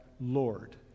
Lord